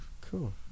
Cool